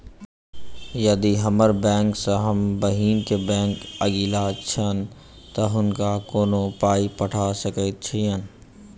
यदि हम्मर बैंक सँ हम बहिन केँ बैंक अगिला छैन तऽ हुनका कोना पाई पठा सकैत छीयैन?